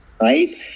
right